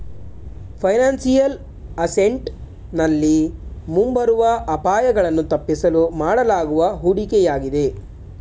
financial asset ನಲ್ಲಿ ಮುಂಬರುವ ಅಪಾಯಗಳನ್ನು ತಪ್ಪಿಸಲು ಮಾಡಲಾಗುವ ಹೂಡಿಕೆಯಾಗಿದೆ